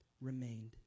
remained